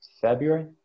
February